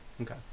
Okay